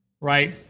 Right